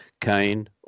Kane